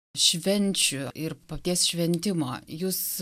švenčių ir paties šventimo jūs